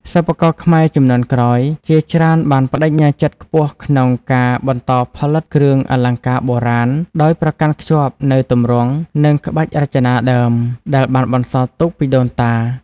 សិប្បករខ្មែរជំនាន់ក្រោយ ជាច្រើនបានប្តេជ្ញាចិត្តខ្ពស់ក្នុងការបន្តផលិតគ្រឿងអលង្ការបុរាណ ដោយប្រកាន់ខ្ជាប់នូវ ទម្រង់ និងក្បាច់រចនាដើម ដែលបានបន្សល់ទុកពីដូនតា។